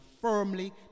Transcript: firmly